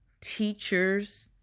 Teachers